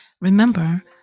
Remember